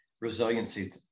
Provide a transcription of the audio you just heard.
resiliency